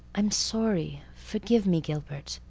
i'm sorry. forgive me, gilbert,